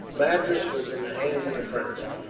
madras was in the hands of the french.